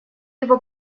его